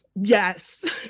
yes